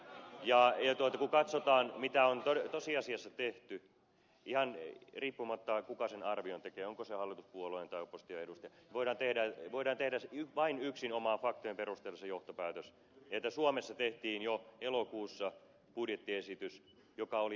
kun katsotaan mitä on tosiasiassa tehty ihan riippumatta kuka sen arvion tekee onko se hallituspuolueen tai opposition edustaja voidaan tehdä vain yksinomaan faktojen perusteella se johtopäätös että suomessa tehtiin jo elokuussa budjettiesitys joka oli euroopan elvyttävin